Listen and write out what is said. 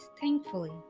thankfully